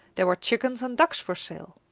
there were chickens and ducks for sale.